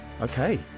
okay